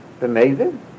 amazing